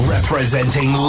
Representing